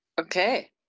Okay